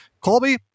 Colby